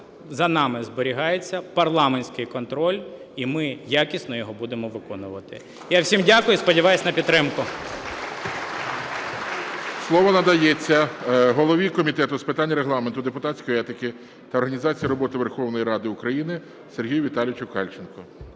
за нами зберігається парламентський контроль. І ми якісно його будемо виконувати. Я всім дякую і сподіваюсь на підтримку. (Оплески) ГОЛОВУЮЧИЙ. Слово надається голові Комітету з питань Регламенту, депутатської етики та організації роботи Верховної Ради України Сергію Віталійовичу Кальченку.